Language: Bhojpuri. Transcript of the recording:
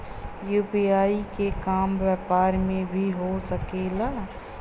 यू.पी.आई के काम व्यापार में भी हो सके ला?